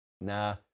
Nah